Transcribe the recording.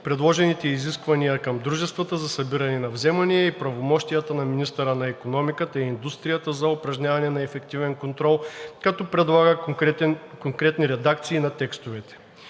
предложените изисквания към дружествата за събиране на вземания и правомощията на министъра на икономиката и индустрията за упражняване на ефективен контрол, като предлага конкретни редакции на текстовете.